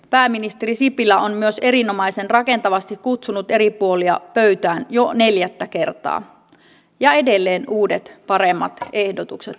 pääministeri sipilä on myös erinomaisen rakentavasti kutsunut eri puolia pöytään jo neljättä kertaa ja edelleen uudet paremmat ehdotukset ovat tervetulleita